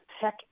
tech